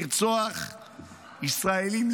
לרצוח ישראלים,